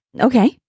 Okay